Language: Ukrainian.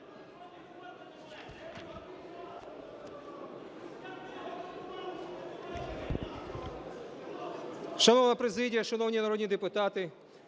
Шановна президія, шановні народні депутати,